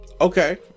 Okay